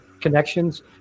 connections